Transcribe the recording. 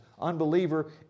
unbeliever